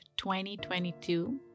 2022